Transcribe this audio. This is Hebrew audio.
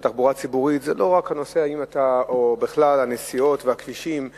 תחבורה ציבורית הוא לא רק נושא של נסיעות וכבישים בכלל,